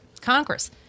congress